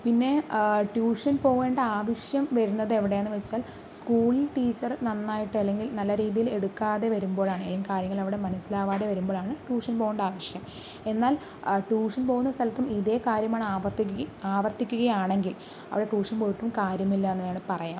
പിന്നെ ട്യൂഷൻ പോവേണ്ട ആവശ്യം വരുന്നത് എവിടെയാണെന്നു വെച്ചാൽ സ്കൂളിൽ ടീച്ചർ നന്നായിട്ട് അല്ലെങ്കിൽ നല്ല രീതിയിൽ എടുക്കാതെ വരുമ്പോഴാണ് കാര്യങ്ങൾ അവിടെ മനസ്സിലാകാതെ വരുമ്പോഴാണ് ട്യൂഷൻ പോകേണ്ട ആവശ്യം എന്നാൽ ട്യൂഷൻ പോകുന്ന സ്ഥലത്തും ഇതേ കാര്യമാണ് ആവർത്തിക്ക് ആവർത്തിക്കുകയാണെങ്കിൽ അവിടെ ട്യൂഷൻ പോയിട്ടും കാര്യമില്ല എന്ന് വേണമെങ്കിൽ പറയാം